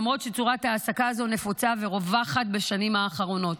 למרות שצורת ההעסקה הזו נפוצה ורווחת בשנים האחרונות.